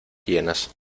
llenas